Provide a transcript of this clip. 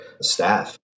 staff